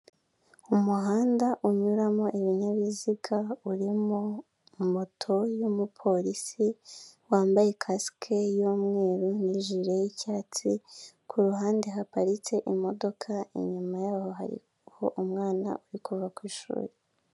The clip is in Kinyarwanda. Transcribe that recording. Umuhanda unyuramo ibinyabiziga urimo moto y'umupolisi wambaye kasike y'umweru n'ijire y'icyatsi ku ruhande haparitse imodoka inyuma yaho hariho umwana uri kuva ku ishuri.